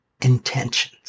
intentions